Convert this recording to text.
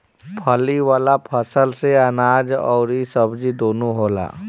फली वाला फसल से अनाज अउरी सब्जी दूनो होला